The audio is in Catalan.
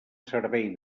servei